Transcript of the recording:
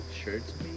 shirts